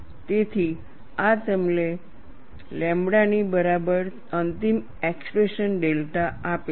તેથી આ તમને લેમ્બડા ની બરાબર અંતિમ એક્સપ્રેશન ડેલ્ટા આપે છે